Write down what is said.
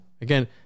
again